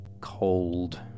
cold